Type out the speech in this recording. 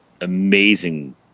amazing